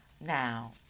Now